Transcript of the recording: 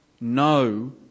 no